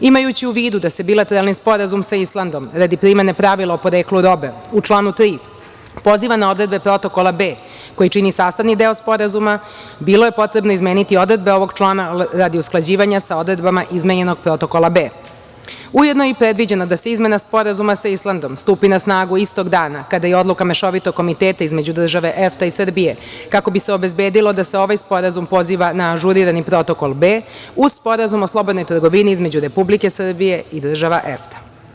Imajući u vidu da se bilateralni sporazum sa Islandom, radi primene pravila o poreklu robe, u članu 3. poziva na odredbe Protokola B, koji čini sastavni deo Sporazuma, bilo je potrebno izmeniti odredbe ovog člana, radi usklađivanja sa odredbama izmenjenog Protokola B. Ujedno je predviđeno da Izmena Sporazuma stupi na snagu istog dana kada i Odluka Mešovitog komiteta između država EFTA i Srbije, kako bi se obezbedilo da se ovaj sporazum poziva na ažurirani Protokol B, uz Sporazum o slobodnoj trgovini između Republike Srbije i država EFTA.